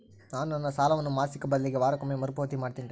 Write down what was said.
ನಾನು ನನ್ನ ಸಾಲವನ್ನು ಮಾಸಿಕ ಬದಲಿಗೆ ವಾರಕ್ಕೊಮ್ಮೆ ಮರುಪಾವತಿ ಮಾಡ್ತಿನ್ರಿ